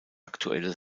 aktuelle